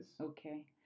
Okay